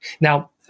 now